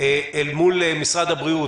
אל מול משרד הבריאות,